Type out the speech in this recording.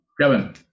Kevin